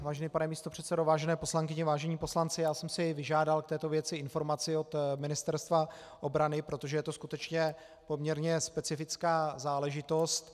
Vážený pane místopředsedo, vážené poslankyně, vážení poslanci, já jsem si vyžádal k této věci informaci od Ministerstva obrany, protože je to skutečně poměrně specifická záležitost.